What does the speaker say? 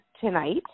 tonight